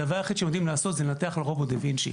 הדבר היחיד שהם לומדים לעשות זה לנתח על רובוט דה וינצ'י,